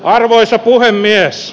arvoisa puhemies